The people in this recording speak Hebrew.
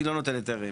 אני לא נותן היתרים.